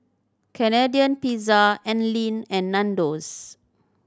Canadian Pizza Anlene and Nandos